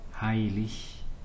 Heilig